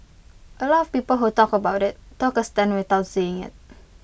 A lot of people who talked about IT took A stand without seeing IT